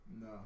No